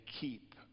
keep